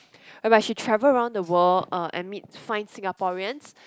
whereby she travel around the world uh and meet find Singaporeans